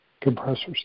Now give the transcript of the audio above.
compressors